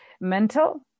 mental